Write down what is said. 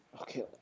Okay